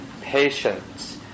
patience